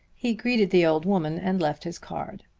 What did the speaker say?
he greeted the old woman and left his card.